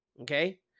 Okay